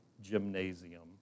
gymnasium